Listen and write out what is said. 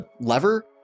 lever